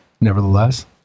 nevertheless